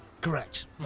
correct